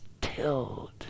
tilled